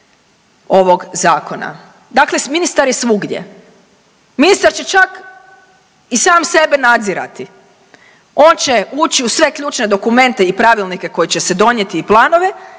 ovog zakona. Dakle, ministar je svugdje. Ministar će čak i sam sebe nadzirati, on će ući u sve ključne dokumente i pravilnike koji će se donijeti i planove,